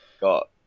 got